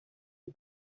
het